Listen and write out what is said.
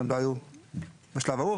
הם לא היו בשלב ההוא,